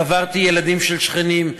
קברתי ילדים של שכנים,